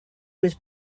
was